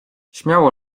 śmiało